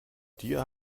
dir